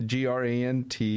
grant